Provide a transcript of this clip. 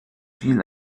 viel